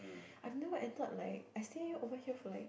I've never entered like I stay over here for like